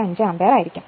75 ampere ആയിരിക്കും